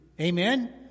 Amen